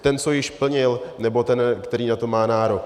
Ten, co již plnil, nebo ten, který na to má nárok?